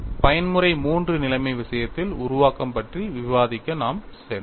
பயன்முறை III நிலைமை விஷயத்தில் உருவாக்கம் பற்றி விவாதிக்க நாம் சென்றோம்